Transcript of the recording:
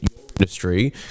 industry